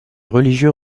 religieux